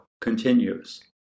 continues